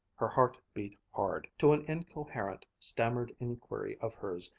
her heart beat hard. to an incoherent, stammered inquiry of hers,